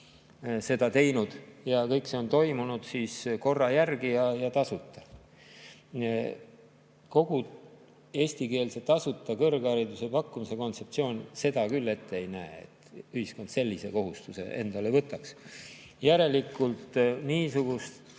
seda teinud ning kõik see on toimunud korra järgi ja tasuta. Eestikeelse tasuta kõrghariduse pakkumise kontseptsioon seda küll ette ei näe, et ühiskond sellise kohustuse endale võtaks. Järelikult niisugustes